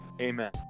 amen